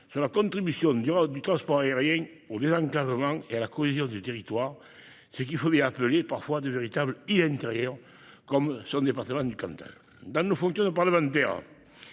sur la contribution du transport aérien au désenclavement et à la cohésion des territoires, en particulier de ceux qu'il faut bien appeler de véritables « îles intérieures », comme son département du Cantal. Dans nos fonctions de parlementaires,